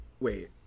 wait